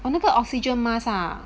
oh 那个 oxygen mask ah